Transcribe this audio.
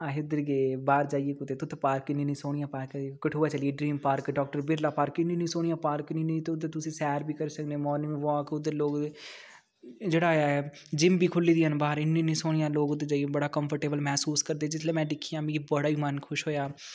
अहें उद्धर गै बाह्र जाइयै कुतै उत्थै पार्क इन्नी इन्नी सोहनी पार्क ऐ कठुआ चली गे dream park doctor Birla park इन्नी इन्नी सोहनियां पार्क न इ'न्नी तुस उद्धर सैर बी करी सकनें ओ मार्निग वाक उद्धर लोग जेह्ड़ा ऐ जिम बी खुल्ली दियां न बाह्र इन्नी इन्नी सोहने़ियां लोक उद्धर जेइयै बड़ा काम्फर्टेबल महसूस करदे जेल्लै में दिक्खेआ मेरा बड़ा ई मन खुश होएआ